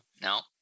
No